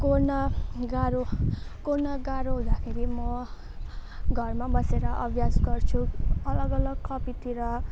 कोर्न गाह्रो कोर्न गाह्रो हुँदाखेरि म घरमा बसेर अभ्यास गर्छु अलग अलग कपीतिर